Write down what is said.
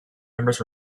members